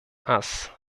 ass